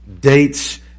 dates